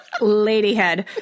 Ladyhead